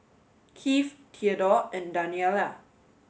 Kieth Theadore and Daniella